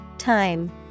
Time